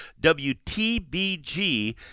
WTBG